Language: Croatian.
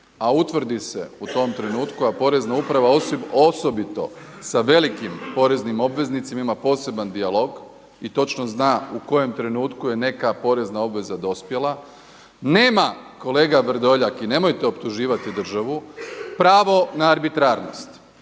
a utvrdi se u tom trenutku, Porezna uprava osobito sa velikim poreznim obveznicima ima poseban dijalog i točno zna u kojem trenutku je neka porezna obvezna dospjela, nema kolega Vrdoljak i nemojte optuživati državu, pravo na arbitrarnost,